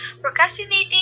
procrastinating